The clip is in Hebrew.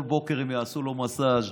כל בוקר הם יעשו לו מסז',